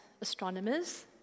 astronomers